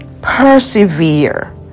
persevere